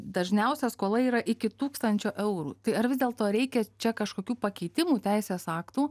dažniausia skola yra iki tūkstančio eurų tai ar vis dėlto reikia čia kažkokių pakeitimų teisės aktų